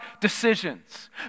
decisions